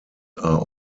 are